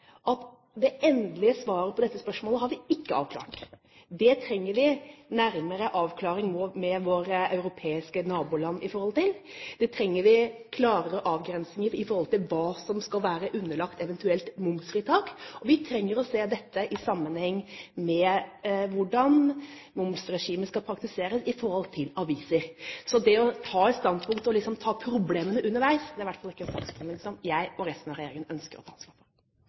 at det endelige svaret på dette spørsmålet ikke er klart. Vi trenger en nærmere avklaring av dette med våre europeiske naboland, vi trenger en klarere avgrensing når det gjelder hva som eventuelt skal være underlagt momsfritak, og vi trenger å se dette i sammenheng med hvordan momsregimet skal praktiseres i tilknytning til aviser. Så det å ta et standpunkt og ta problemene underveis, er i hvert fall ikke en saksbehandling som jeg og resten av regjeringen ønsker å ta ansvar for.